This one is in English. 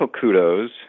kudos